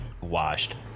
washed